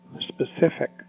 specific